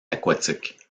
aquatiques